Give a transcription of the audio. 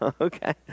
Okay